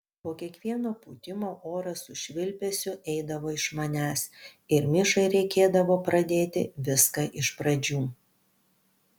po kiekvieno pūtimo oras su švilpesiu eidavo iš manęs ir mišai reikėdavo pradėti viską iš pradžių